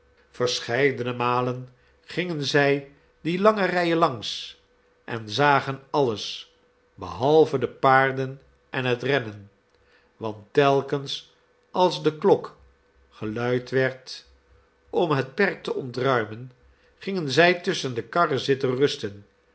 verscheidene malen gingen zij die lange rijen langs en zagen alles behalve de paarden en het rennen want telkens als de klok geluid werd om het perk te ontruimen gingen zij tusschen de karren zitten rusten